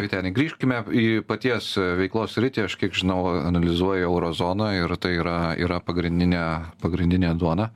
vyteni grįžkime į paties veiklos sritį aš kiek žinau analizuoji euro zoną ir tai yra yra pagrindinė pagrindinė duona